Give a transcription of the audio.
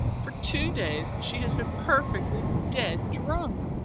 for two days she has been perfectly dead drunk!